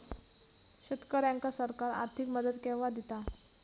शेतकऱ्यांका सरकार आर्थिक मदत केवा दिता?